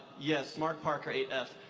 yes mark parker eight f.